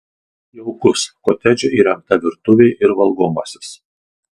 jaukus kotedže įrengta virtuvė ir valgomasis